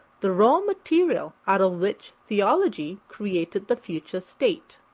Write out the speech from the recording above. the raw material out of which theology created the future state.